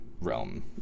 realm